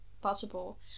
possible